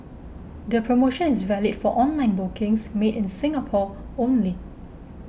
the promotion is valid for online bookings made in Singapore only